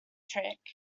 trick